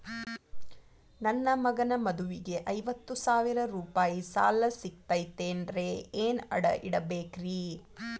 ನನ್ನ ಮಗನ ಮದುವಿಗೆ ಐವತ್ತು ಸಾವಿರ ರೂಪಾಯಿ ಸಾಲ ಸಿಗತೈತೇನ್ರೇ ಏನ್ ಅಡ ಇಡಬೇಕ್ರಿ?